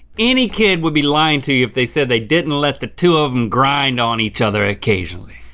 any kid would be lying to you if they said they didn't let the two of em grind on each other occasionally.